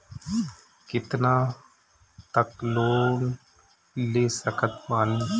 कितना तक लोन ले सकत बानी?